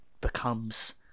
becomes